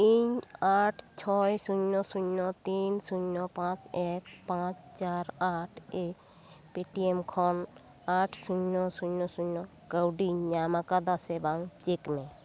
ᱤᱧ ᱟᱴ ᱪᱷᱚᱭ ᱥᱩᱱᱭᱚ ᱥᱩᱱᱭᱚ ᱛᱤᱱ ᱥᱩᱱᱭᱚ ᱯᱟᱸᱪ ᱮᱠ ᱯᱟᱸᱪ ᱪᱟᱨ ᱟᱴ ᱮ ᱯᱤᱴᱤᱮᱢ ᱠᱷᱚᱱ ᱟᱴ ᱥᱩᱱᱭᱚ ᱥᱩᱱᱭᱚ ᱥᱩᱱᱭᱚ ᱠᱟᱹᱣᱰᱤᱧ ᱧᱟᱢ ᱟᱠᱟᱫᱟ ᱥᱮ ᱵᱟᱝ ᱪᱮᱠ ᱢᱮ